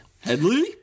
Headley